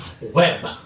Web